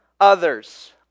others